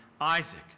Isaac